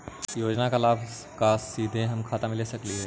योजना का लाभ का हम सीधे खाता में ले सकली ही?